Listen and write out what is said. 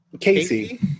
Casey